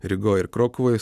rygoj ir krokuvoj